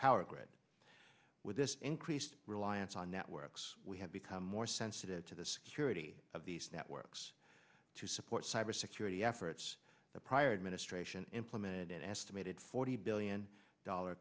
power grid with this increased reliance on networks we have become more sensitive to the security of these networks to support cyber security efforts the prior administration implemented an estimated forty billion dollar